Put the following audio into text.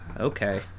Okay